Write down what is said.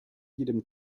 jedem